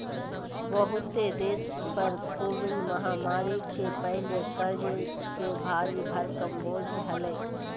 बहुते देश पर कोविड महामारी के पहले कर्ज के भारी भरकम बोझ हलय